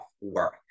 work